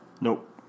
Nope